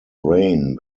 reign